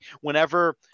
Whenever